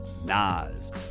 Nas